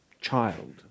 child